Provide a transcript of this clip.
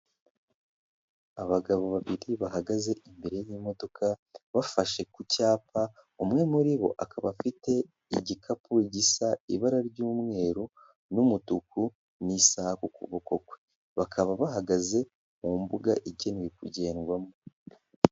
Abagabo babiri bahagaze imbere y'imodoka bafashe ku cyapa, umwe muri bo akaba afite igikapu gisa ibara ry'umweru n'umutuku n'isaha k'ukuboko kwe, bakaba bahagaze mu mbuga igenewe kugendwamo.